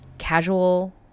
casual